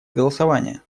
голосования